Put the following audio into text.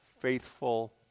faithful